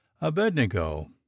abednego